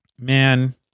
Man